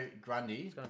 Grundy